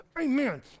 amen